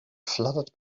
fluttered